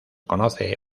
conoce